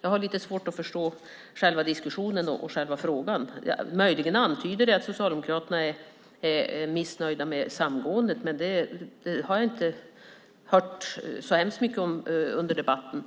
Jag har lite svårt att förstå själva diskussionen och själva frågan. Möjligen antyds det att Socialdemokraterna är missnöjda med samgåendet, men det har jag inte hört så hemskt mycket om under debatten.